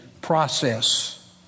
process